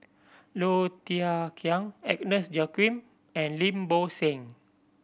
Low Thia Khiang Agnes Joaquim and Lim Bo Seng